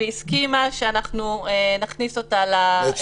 היא הסכימה שאנחנו נכניס אותה ונטיל את המשימה הזאת עליה.